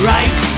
Right